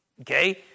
Okay